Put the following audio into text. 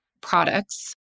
products